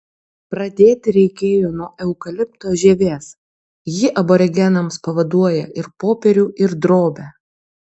pradėti reikėjo nuo eukalipto žievės ji aborigenams pavaduoja ir popierių ir drobę